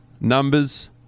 numbers